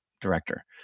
director